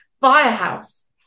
firehouse